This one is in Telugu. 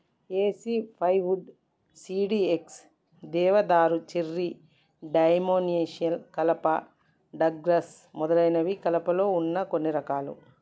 ఏసి ప్లైవుడ్, సిడీఎక్స్, దేవదారు, చెర్రీ, డైమెన్షియల్ కలప, డగ్లస్ మొదలైనవి కలపలో వున్న కొన్ని రకాలు